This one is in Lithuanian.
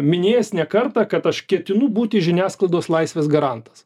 minėjęs ne kartą kad aš ketinu būti žiniasklaidos laisvės garantas